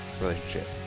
relationship